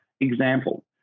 Example